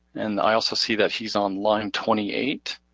and i also see that he's on line twenty eight.